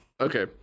Okay